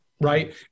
right